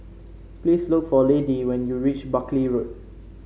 please look for Laddie when you reach Buckley Road